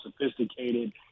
sophisticated